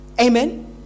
Amen